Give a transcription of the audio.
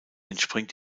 entspringt